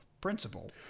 principle